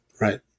Right